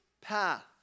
path